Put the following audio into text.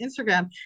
instagram